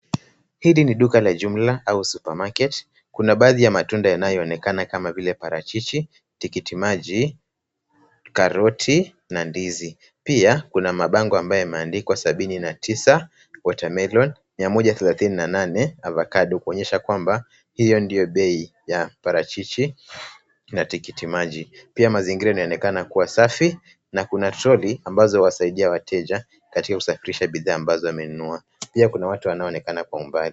Hili ni duka la jumla au supermarket . Kuna baadhi ya matunda yanayoonekana kama vile parachichi, tikiti maji, karoti na ndizi. Pia, kuna mabango ambayo yameandikwa sabini na tisa watermelon ,miamoja thelathini na nane, avocado , kuonyesha kwamba, hiyo ndio bei ya parachichi na tikiti maji. Pia mazingira yanaonekana kuwa safi na kuna troli ambazo zawasaidia wateja katika kusafirisha bidhaa ambazo wamenunua. Pia kuna watu wanaonekana kwa umbali.